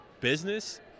business